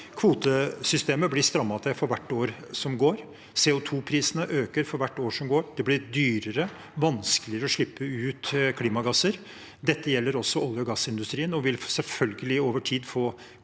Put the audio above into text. Kvotesystemet blir strammet til for hvert år som går. CO2-prisene øker for hvert år som går. Det blir dyrere og vanskeligere å slippe ut klimagasser. Dette gjelder også olje- og gassindustrien og vil selvfølgelig få konsekvenser